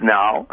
now